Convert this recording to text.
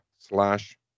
slash